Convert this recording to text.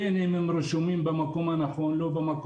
בין אם הם רשומים במקום הנכון ובין אם לא,